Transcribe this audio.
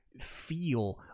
feel